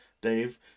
Dave